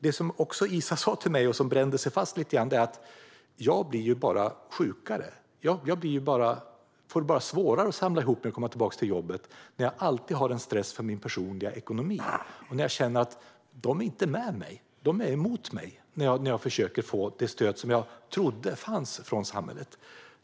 Det som Iza också sa till mig, och som brände sig fast lite grann, var: Jag blir ju bara sjukare och får svårare att samla ihop mig och komma tillbaka till jobbet när jag alltid känner stress för min personliga ekonomi och känner att de inte är med mig utan mot mig när jag försöker få det stöd jag trodde fanns från samhället.